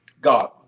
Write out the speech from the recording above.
God